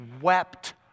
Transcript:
wept